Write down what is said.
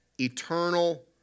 eternal